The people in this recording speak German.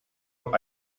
auch